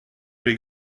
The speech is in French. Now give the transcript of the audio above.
les